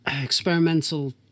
experimental